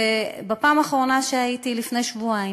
שבפעם האחרונה שהייתי, לפני שבועיים,